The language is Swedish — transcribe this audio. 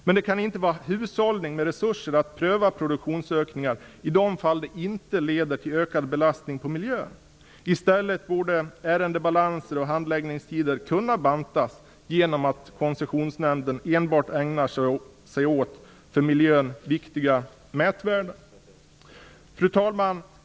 Men det kan inte vara hushållning med resurserna att pröva produktionsökningar i de fall där det inte leder till ökad belastning på miljön. I stället borde ärendebalans och handläggningstid kunna bantas genom att Koncessionsnämnden enbart ägnar sig åt för miljön viktiga mätvärden. Fru talman!